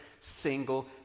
single